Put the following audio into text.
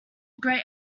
great